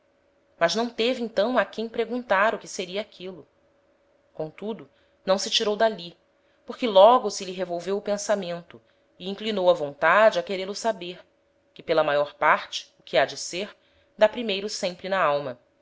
mas não teve então a quem preguntar o que seria aquilo comtudo não se tirou d'ali porque logo se lhe revolveu o pensamento e inclinou a vontade a querê lo saber que pela maior parte o que ha de ser dá primeiro sempre na alma